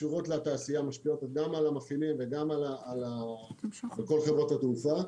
שקשורות לתעשייה משפיעות גם על המפעילים ועל כל חברות התעופה.